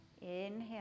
inhale